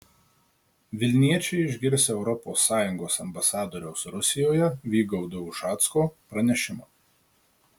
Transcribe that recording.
vilniečiai išgirs europos sąjungos ambasadoriaus rusijoje vygaudo ušacko pranešimą